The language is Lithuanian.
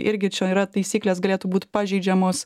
irgi čia yra taisyklės galėtų būt pažeidžiamos